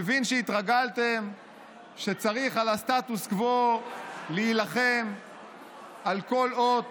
מבין שהתרגלתם שצריך על הסטטוס קוו להילחם על כל אות,